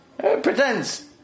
Pretends